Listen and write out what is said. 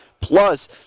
Plus